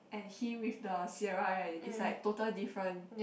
and him with the Sierra right is like total different